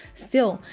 still,